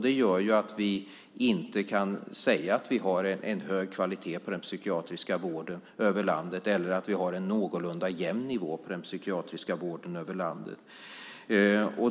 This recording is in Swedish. Det gör att vi inte kan säga att vi har en hög kvalitet på den psykiatriska vården över landet eller att vi har en någorlunda jämn nivå på den psykiatriska vården över landet.